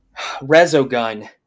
Rezogun